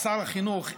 שר החינוך,